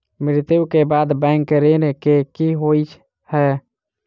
मृत्यु कऽ बाद बैंक ऋण कऽ की होइ है?